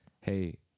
hey